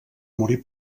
morir